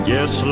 Yes